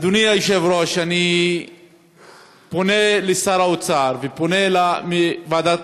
אדוני היושב-ראש, אני פונה לשר האוצר ופונה לוועדת